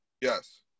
Yes